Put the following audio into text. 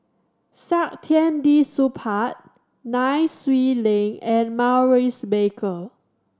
Saktiandi Supaat Nai Swee Leng and Maurice Baker